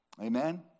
Amen